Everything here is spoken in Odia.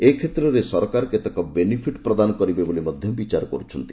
ଏ କ୍ଷେତ୍ରରେ ସରକାର କେତେକ ବେନିଫିଟ୍ ପ୍ରଦାନ କରିବେ ବୋଲି ମଧ୍ୟ ବିଚାର କରୁଛନ୍ତି